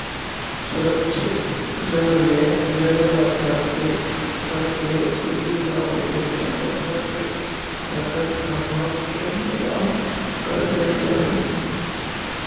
सुरक्षित ऋण में ऋण दाता के धन के वसूली ना होवे पर बंधक के रखल सामान के नीलाम कर देल जा हइ